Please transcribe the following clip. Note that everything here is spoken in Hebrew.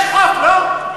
יש חוק, לא?